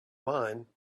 mine